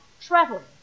traveling